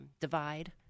divide